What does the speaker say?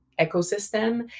ecosystem